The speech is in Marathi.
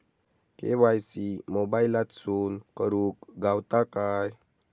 के.वाय.सी मोबाईलातसून करुक गावता काय?